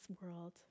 world